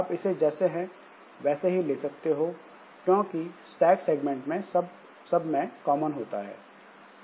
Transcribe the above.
आप इसे जैसे हैं वैसे ही ले सकते हो तो क्योंकि स्टैक सेगमेंट सब में कॉमन होता है